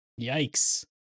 Yikes